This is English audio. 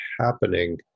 happening